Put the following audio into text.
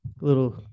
little